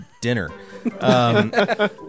dinner